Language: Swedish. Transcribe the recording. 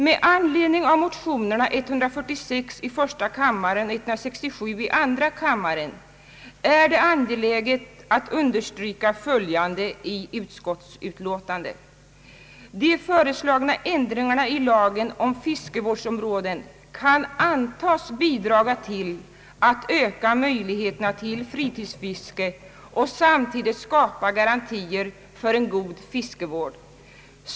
Med anledning av motionerna I: 146 och II: 167 är det angeläget att understryka följande uttalande i utskottsutlåtandet: »De föreslagna ändringarna i lagen om fiskevårdsområden kan antas bidraga till att öka möjligheterna till fritidsfiske och samtidigt skapa garantier för en god fiskevård.